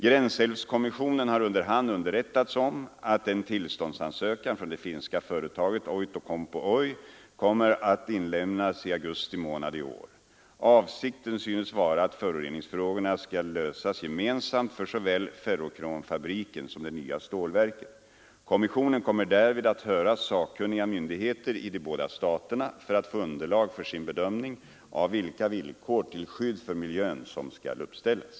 Gränsälvskommissionen har under hand underrättats om att en tillståndsansökan från det finska företaget Outokumpu OY kommer att inlämnas i augusti månad i år. Avsikten synes vara att föroreningsfrågorna skall lösas gemensamt för såväl ferrokromfabriken som det nya stålverket. Kommissionen kommer därvid att höra sakkunniga myndigheter i de båda staterna för att få underlag för sin bedömning av vilka villkor till skydd för miljön som skall uppställas.